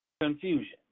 Confusion